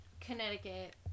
Connecticut